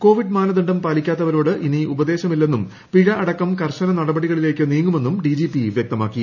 Covid മാനദണ്ഡം പാലിക്കാത്തവരോട് ഇനി ഉപദേശമില്ലെന്നും പിഴ അടക്കം കർശന നടപടികളിലേക്ക് നീങ്ങുമെന്നും ഡിജിപി വൃക്തമാക്കി